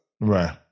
Right